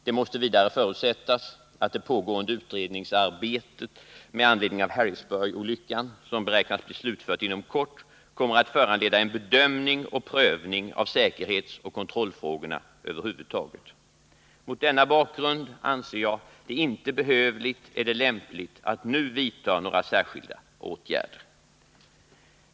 Det måste vidare förutsättas att det pågående utredningsarbetet med anledning av Harrisburgsolyckan, som beräknas bli slutfört inom kort, kommer att föranleda en bedömning och en prövning av säkerhetsoch kontrollfrågorna över huvud taget. Mot denna bakgrund anser jag det inte behövligt eller lämpligt att nu vidta några särskilda åtgärder.